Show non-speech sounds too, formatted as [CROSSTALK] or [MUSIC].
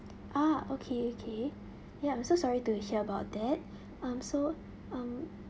ah okay okay ya I'm so sorry to hear about that [BREATH] um so um